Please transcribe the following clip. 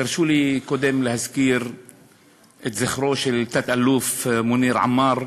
תרשו לי קודם להזכיר את זכרו של תת-אלוף מוניר עמאר,